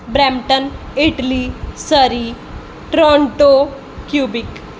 Brampton Italy Surrey Toronto Quebec